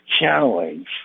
channelings